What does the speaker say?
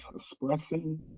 expressing